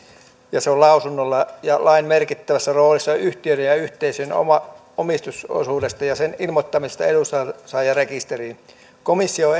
ja se on lausunnolla ja lain merkittävässä roolissa on yhtiöiden ja yhteisöjen omistusosuuden ilmoittaminen edunsaajarekisteriin komissio on